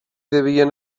devien